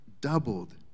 doubled